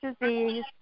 disease